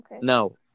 No